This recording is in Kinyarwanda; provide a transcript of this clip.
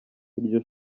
iryo